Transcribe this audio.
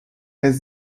est